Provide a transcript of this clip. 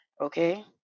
okay